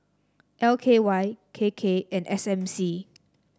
L K Y K K and S M C